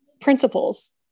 principles